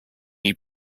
you